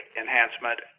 enhancement